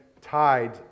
tied